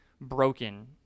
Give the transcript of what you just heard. broken